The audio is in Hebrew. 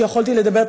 שיכולתי לדבר,